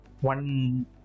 one